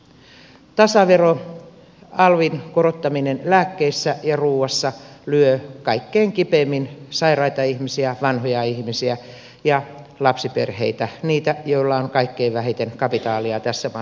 tasavero alvin korottaminen lääkkeissä ja ruuassa lyö kaikkein kipeimmin sairaita ihmisiä vanhoja ihmisiä ja lapsiperheitä niitä joilla on kaikkein vähiten kapitaalia tässä maassa käytettävissä